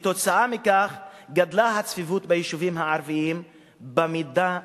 כתוצאה מכך גדלה הצפיפות ביישובים הערביים במידה ניכרת".